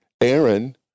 Aaron